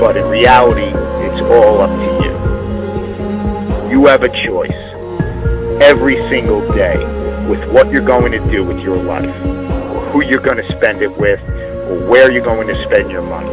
but in reality it's all you have a choice every single day with what you're going to do with your one who you're going to spend it with where you're going to spend your money